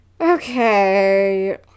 Okay